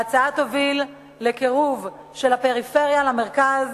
ההצעה תוביל לקירוב של הפריפריה למרכז,